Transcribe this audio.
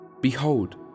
Behold